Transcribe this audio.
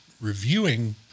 reviewing